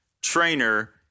trainer